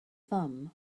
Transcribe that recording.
thumb